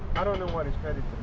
i don't know what is